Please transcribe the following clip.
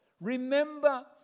remember